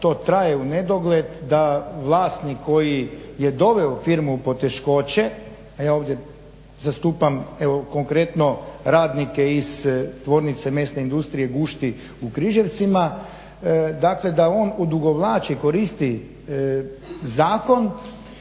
to traje u nedogled, da vlasnik koji je doveo firmu u poteškoće a ja ovdje zastupam konkretno radnike iz tvornice mesne industrije Gušti u Križevcima, dakle da on odugovlači, koriti zakon